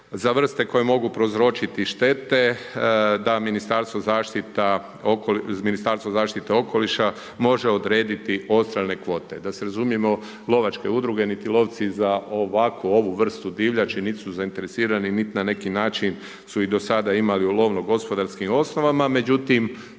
za vrste koje mogu prouzročiti štete, da Ministarstvo zaštite okoliša može odrediti odstrelne kvote. Da se razumijemo, lovačke udruge niti lovci za ovakvu vrstu divljači, niti su zainteresirani niti na neki način su i do sada imali u lovnogospodarskim osnovama, međutim,